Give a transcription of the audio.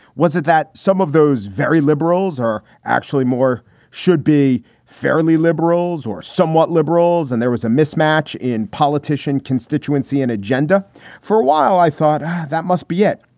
was it that some of those very liberals are actually more should be fairly liberals or somewhat liberals? and there was a mismatch in politician, constituency and agenda for a while i thought that must be it.